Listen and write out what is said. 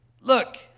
Look